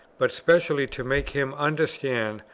but specially to make him understand,